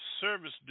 service